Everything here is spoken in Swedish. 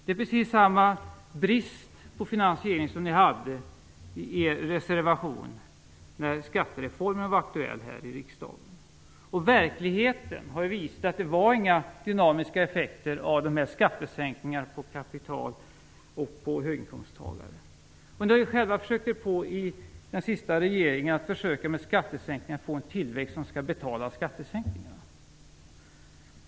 Det är precis samma brist på finansiering som ni hade i er reservation när skattereformen var aktuell här i riksdagen. Verkligheten har visat att det inte blev några dynamiska effekter av skattesänkningarna på kapital och för höginkomsttagare. Ni har själva under den senaste regeringsperioden försökt att med skattesänkningar få en tillväxt som skall betala skattesänkningarna.